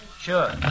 Sure